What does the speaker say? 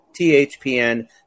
THPN